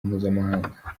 mpuzamahanga